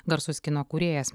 garsus kino kūrėjas